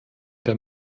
der